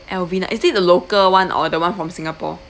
alvin ah is it the local one or the one from singapore